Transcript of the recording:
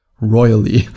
royally